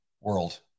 world